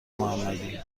محمدی